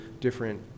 different